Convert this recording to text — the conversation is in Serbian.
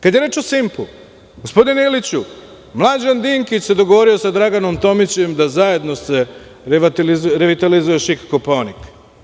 Kada je reč o „Simpu“, gospodine Iliću, Mlađan Dinkić se dogovorio sa Draganom Tomićem da se zajedno relativizuje „Šik Kopaonik“